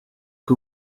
que